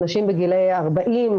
אנשים בגילאי 40,